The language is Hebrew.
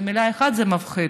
במילה אחת: מפחיד.